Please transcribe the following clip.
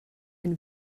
and